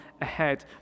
ahead